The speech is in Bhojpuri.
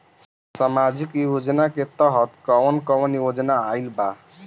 सामाजिक योजना के तहत कवन कवन योजना आइल बा?